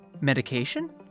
Medication